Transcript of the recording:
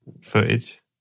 footage